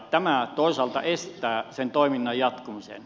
tämä toisaalta estää sen toiminnan jatkumisen